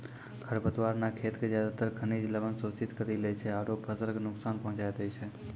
खर पतवार न खेत के ज्यादातर खनिज लवण शोषित करी लै छै आरो फसल कॅ नुकसान पहुँचाय दै छै